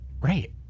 Right